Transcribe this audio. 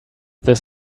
this